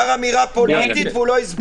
הוא אמר אמירה פוליטית והוא לא הסביר.